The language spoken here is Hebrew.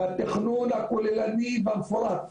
התכנון הכוללני והמפורט,